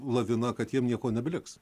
lavina kad jiem nieko nebeliks